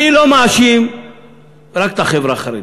אני לא מאשים רק את החברה החרדית.